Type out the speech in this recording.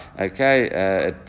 okay